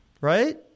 right